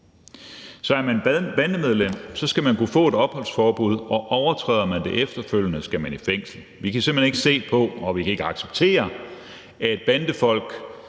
Så er man bandemedlem, skal man kunne få et opholdsforbud, og overtræder man det efterfølgende, skal man i fængsel. Vi kan simpelt hen ikke se på, og vi kan ikke acceptere, at bandefolk,